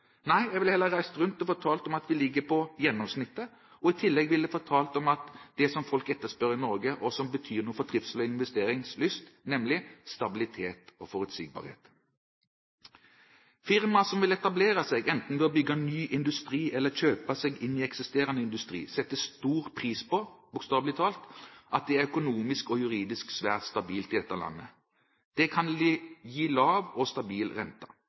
Nei, jeg ville heller reist rundt og fortalt om at vi ligger på gjennomsnittet. I tillegg ville jeg fortalt at det som folk etterspør i Norge, og som betyr noe for trivsel og investeringslyst, er stabilitet og forutsigbarhet. Firmaer som vil etablere seg, enten ved å bygge ny industri eller kjøpe seg inn i eksisterende industri, setter stor pris på – bokstavlig talt – at det er økonomisk og juridisk svært stabilt i dette landet. Det kan gi lav og stabil rente.